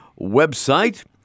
website